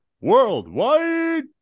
worldwide